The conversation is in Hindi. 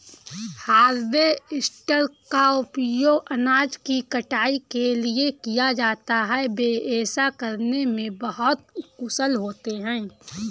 हार्वेस्टर का उपयोग अनाज की कटाई के लिए किया जाता है, वे ऐसा करने में बहुत कुशल होते हैं